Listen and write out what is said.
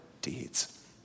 deeds